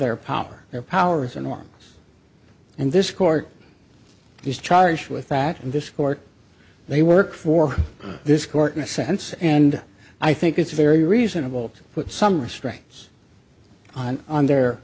their power their powers and norms and this court is charged with that in this court they work for this court in a sense and i think it's very reasonable to put some restraints on on their